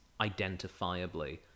identifiably